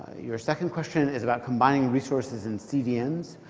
your second question is about um buying resources and cdns.